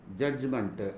judgment. (